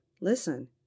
Listen